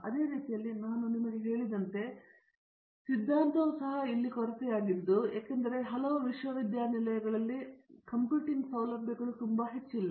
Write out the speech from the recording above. ಅದೇ ರೀತಿಯಲ್ಲಿ ನಾನು ನಿಮಗೆ ಹೇಳಿದಂತೆ ಸಿದ್ಧಾಂತವೂ ಸಹ ಇಲ್ಲಿ ಕೊರತೆಯಾಗಿದ್ದು ಏಕೆಂದರೆ ಹಲವು ವಿಶ್ವವಿದ್ಯಾನಿಲಯಗಳಲ್ಲಿ ಕಂಪ್ಯೂಟಿಂಗ್ ಸೌಲಭ್ಯಗಳು ತುಂಬಾ ಹೆಚ್ಚಿಲ್ಲ